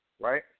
right